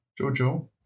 Jojo